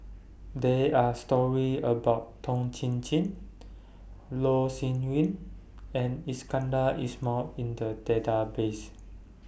They Are stories about Toh Chin Chye Loh Sin Yun and Iskandar Ismail in The Database